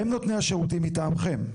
הם נותני השירותים מטעמכם.